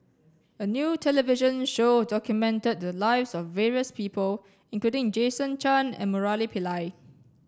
a new television show documented the lives of various people including Jason Chan and Murali Pillai